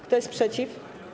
Kto jest przeciw?